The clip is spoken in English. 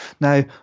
Now